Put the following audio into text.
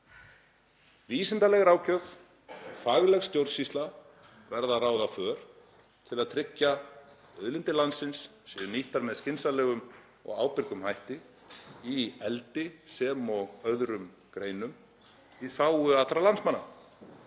Vísindaleg ráðgjöf og fagleg stjórnsýsla verða að ráða för til að tryggja að auðlindir landsins séu nýttar með skynsamlegum og ábyrgum hætti, í eldi sem og öðrum greinum, í þágu allra landsmanna.